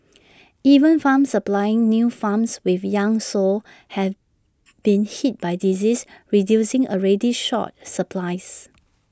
even farms supplying new farms with young sows have been hit by disease reducing already short supplies